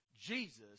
Jesus